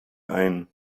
ein